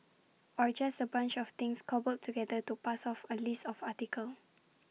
or just A bunch of things cobbled together to pass off as A list of article